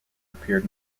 appeared